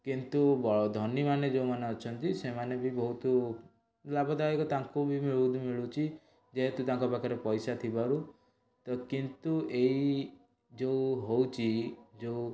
କିନ୍ତୁ ବ ଧନୀମାନେ ଯୋଉମାନେ ଅଛନ୍ତି ସେମାନେ ବି ବହୁତ ଲାଭଦାୟକ ତାଙ୍କୁ ବି ମିଳୁନି ମିଳୁଛି ଯେହେତୁ ତାଙ୍କ ପାଖରେ ପଇସା ଥିବାରୁ ତ କିନ୍ତୁ ଏଇଯୋଉ ହେଉଛି ଯୋଉ